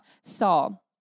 Saul